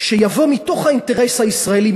שיבוא מתוך האינטרס הישראלי,